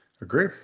agree